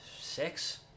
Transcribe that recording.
six